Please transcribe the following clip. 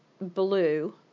blue